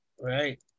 Right